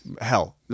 hell